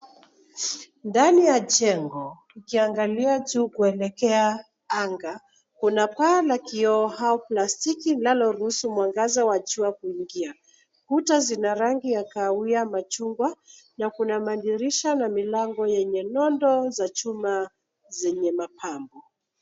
Ndani ya chengo tukiangalia chuu kuelekea anga, kuna paa la kioo hau plastiki linaloruhusu mwangaza wa chua kuingia. Kuta zina rangi ya kaawiamachungwa, na kuna madirisha na milango yenye nondo za chuma zenye mapambo.